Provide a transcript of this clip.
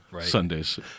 Sundays